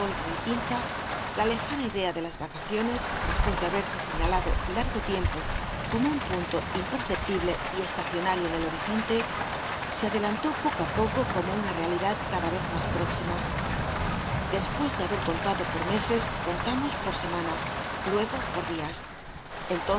y tinta la lejana idea de las acacioncs despues de haberse señalado largo tiempo como un punto imperceptible y estacionario en el hol'izontc se adelantó poco i poco como una calidad cada yez mas próxima dcspues de haber contado poi meses contamos por semanas luego poi dias